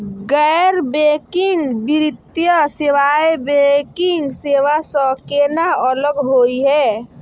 गैर बैंकिंग वित्तीय सेवाएं, बैंकिंग सेवा स केना अलग होई हे?